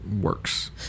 works